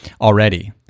already